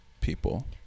People